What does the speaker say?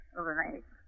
overnight